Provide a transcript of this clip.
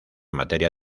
materia